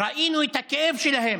ראינו את הכאב שלהם,